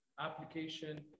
application